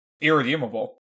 irredeemable